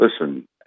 listen